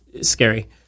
scary